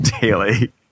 daily